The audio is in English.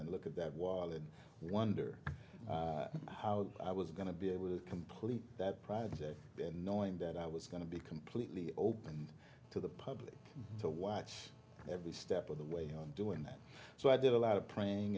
and look at that wall and wonder how i was going to be able to complete that project knowing that i was going to be completely open to the public to watch every step of the way of doing that so i did a lot of praying